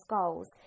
goals